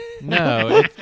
No